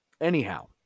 Anyhow